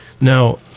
Now